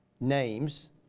names